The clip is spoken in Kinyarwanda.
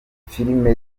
filime